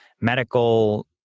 medical